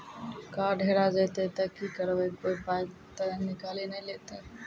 Card हेरा जइतै तऽ की करवै, कोय पाय तऽ निकालि नै लेतै?